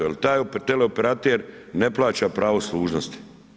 Jer taj teleoperater ne plaća pravo služnosti.